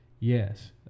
Yes